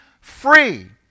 free